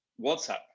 WhatsApp